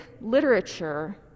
literature